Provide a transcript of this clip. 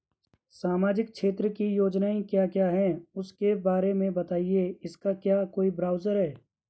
सामाजिक क्षेत्र की योजनाएँ क्या क्या हैं उसके बारे में बताएँगे इसका क्या कोई ब्राउज़र है?